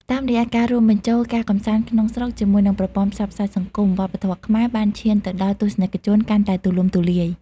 តាមរយៈការរួមបញ្ចូលការកម្សាន្តក្នុងស្រុកជាមួយនឹងប្រព័ន្ធផ្សព្វផ្សាយសង្គម វប្បធម៌ខ្មែរបានឈានទៅដល់ទស្សនិកជនកាន់តែទូលំទូលាយ។